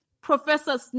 Professor